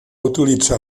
utilitzar